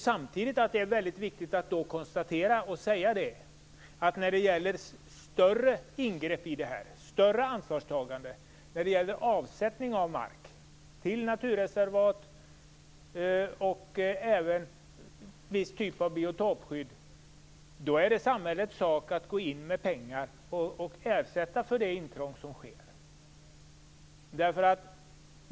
Samtidigt är det viktigt att konstatera att när det gäller större ingrepp och större ansvarstagande, avsättning av mark till naturreservat och även viss typ av biotopskydd, är det samhällets sak att gå in med pengar och ersätta för det intrång som sker.